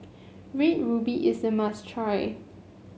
Red Ruby is a must try